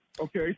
Okay